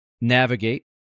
navigate